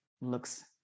looks